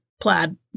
plaid